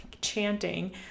chanting